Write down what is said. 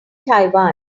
taiwan